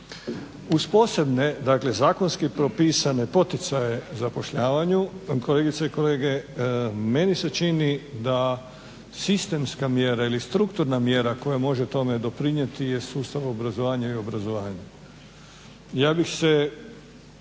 Uz posebne zakonske propisane poticaje zapošljavanju kolegice i kolege meni se čini sistemska mjera ili strukturna mjera koja može tome doprinijeti je sustav obrazovanja i obrazovanje. Ja bih se